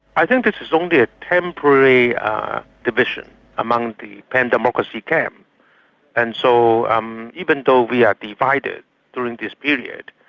i think this is only a temporary division among the pan democracy camp and so um even though we are divided during this period,